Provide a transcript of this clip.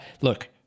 Look